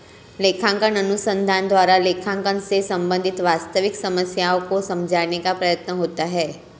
लेखांकन अनुसंधान द्वारा लेखांकन से संबंधित वास्तविक समस्याओं को समझाने का प्रयत्न होता है